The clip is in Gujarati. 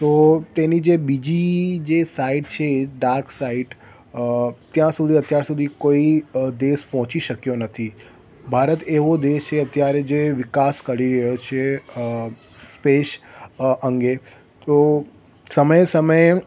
તો તેની જે બીજી જે સાઇડ છે ડાર્ક સાઇડ અ ત્યાં સુધી અત્યાર સુધી કોઈ અ દેશ પહોંચી શક્યો નથી ભારત એવો દેશ છે અત્યારે જે વિકાસ કરી રહ્યો છે અ સ્પેસ અ અંગે તો સમયે સમયે